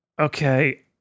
Okay